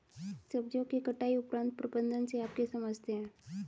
सब्जियों के कटाई उपरांत प्रबंधन से आप क्या समझते हैं?